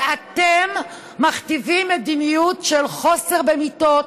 ואתם מכתיבים מדיניות של חוסר במיטות,